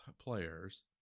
players